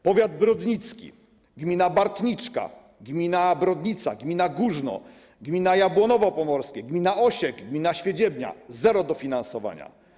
Powiat brodnicki: gmina Bartniczka, gmina Brodnica, gmina Górzno, gmina Jabłonowo Pomorskie, gmina Osiek, gmina Świedziebnia - zero dofinansowania.